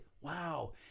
wow